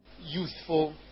Youthful